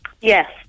Yes